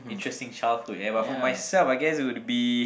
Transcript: interesting childhood and but for myself I guess it would be